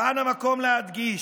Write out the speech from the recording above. כאן המקום להדגיש: